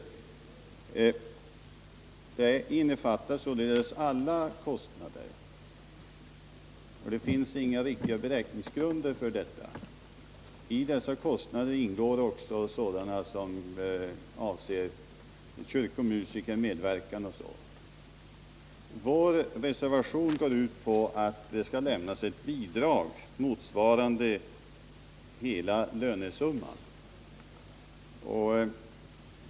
Yrkandet innefattar således alla kostnader, och det finns ingen riktig beräkningsgrund för detta. I dessa kostnader ingår också sådana som avser kyrkomusikers medverkan. Vår reservation går ut på att det skall lämnas ett bidrag motsvarande hela lönesumman.